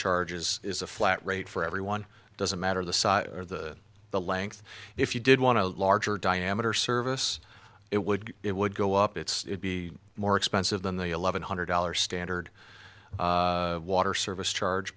charges is a flat rate for everyone it doesn't matter the size or the the length if you did want a larger diameter service it would it would go up it's be more expensive than the eleven hundred dollars standard water service charge